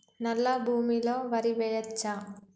నల్లా భూమి లో వరి వేయచ్చా?